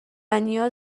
نیاز